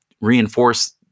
reinforce